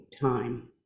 time